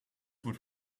would